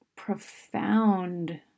profound